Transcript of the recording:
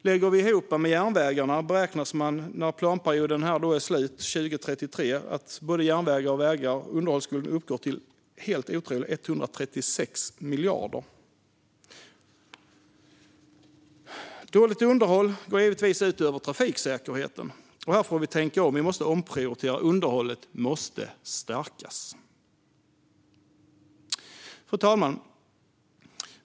Underhållsskulden för både järnvägar och vägar beräknas när planperioden är slut 2033 uppgå till helt otroliga 136 miljarder. Dåligt underhåll går givetvis ut över trafiksäkerheten. Här får vi tänka om - vi måste omprioritera. Underhållet måste stärkas. Fru talman!